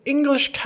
English